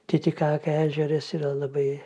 titikaka ežeras yra labai